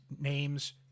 names